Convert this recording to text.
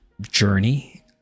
journey